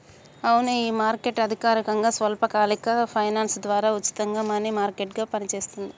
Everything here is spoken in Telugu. అవునే ఈ మార్కెట్ అధికారకంగా స్వల్పకాలిక ఫైనాన్స్ ద్వారా ఉచితంగా మనీ మార్కెట్ గా పనిచేస్తుంది